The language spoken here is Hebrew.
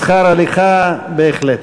שכר הליכה, בהחלט.